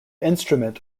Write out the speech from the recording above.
instrument